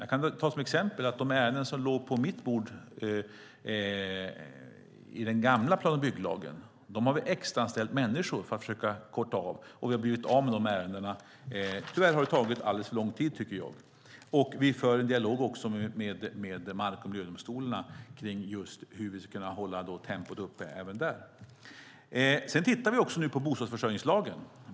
Jag kan ta som exempel att de ärenden som låg på mitt bord med den gamla plan och bygglagen har vi extraanställt människor för att minska, och vi har blivit av med ärendena. Tyvärr har det tagit alldeles för lång tid, tycker jag. Vi för också en dialog med mark och miljödomstolarna om hur vi ska kunna hålla tempot upp även där. Vi tittar också på bostadsförsörjningslagen.